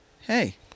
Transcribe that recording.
hey